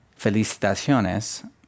Felicitaciones